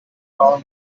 town